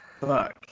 Fuck